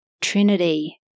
trinity